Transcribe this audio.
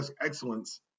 excellence